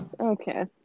Okay